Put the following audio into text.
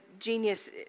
genius